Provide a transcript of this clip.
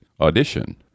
audition